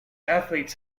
athletes